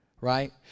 right